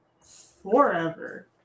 forever